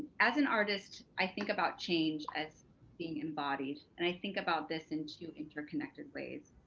as an artist, i think about change as being embodied. and i think about this in two interconnected ways.